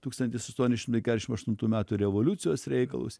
tūkstantis aštuoni šimtai kešim aštuntų metų revoliucijos reikalus